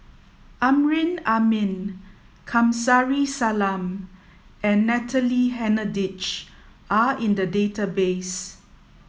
Amrin Amin Kamsari Salam and Natalie Hennedige are in the database